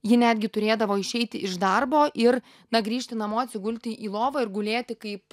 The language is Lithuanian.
ji netgi turėdavo išeiti iš darbo ir na grįžti namo atsigulti į lovą ir gulėti kaip